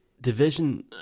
division